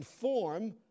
form